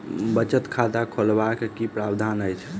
बचत खाता खोलेबाक की प्रावधान अछि?